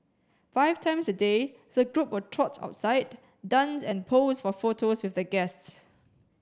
five times a day the group will trot outside dance and pose for photos with the guests